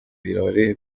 birori